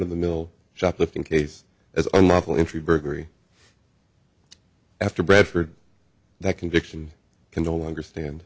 of the mill shoplifting case as unlawful entry burglary after bradford that conviction can no longer stand